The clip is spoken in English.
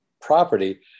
property